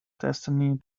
destiny